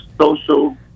social